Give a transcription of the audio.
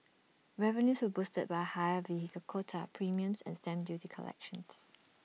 revenues were boosted by higher vehicle quota premiums and stamp duty collections